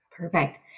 Perfect